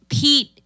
Pete